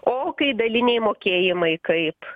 o kai daliniai mokėjimai kaip